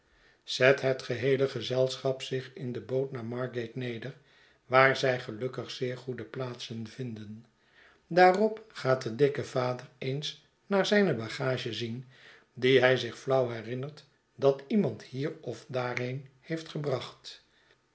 zet het geheele gezelschap zich in de boot naar margat eneder waar zij gelukkig zeer goede plaatsen vinden daarop gaat de dikke vader eens naar zijne bagage zien die hij zich flauw herinnert dat iemand hier of daarheen heeft gebracht